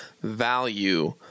value